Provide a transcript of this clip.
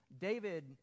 David